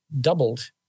doubled